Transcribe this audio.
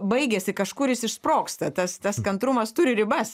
baigiasi kažkur jis išsprogsta tas tas kantrumas turi ribas